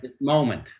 moment